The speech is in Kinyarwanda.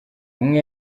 umwe